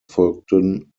folgten